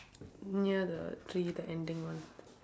near the tree the ending one